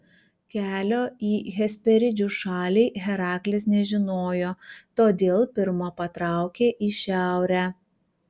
kelio į hesperidžių šalį heraklis nežinojo todėl pirma patraukė į šiaurę